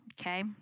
Okay